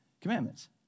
Commandments